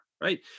Right